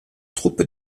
troupe